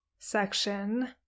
Section